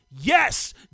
Yes